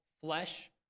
flesh